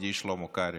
ידידי שלמה קרעי.